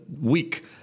week